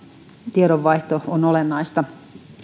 tiedonvaihto on olennaista